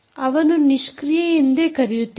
ಅವನ್ನು ನಿಷ್ಕ್ರಿಯ ಎಂದೇ ಕರೆಯುತ್ತೇವೆ